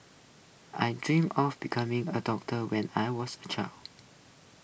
I dreamt of becoming A doctor when I was A child